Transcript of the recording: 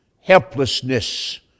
helplessness